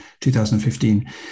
2015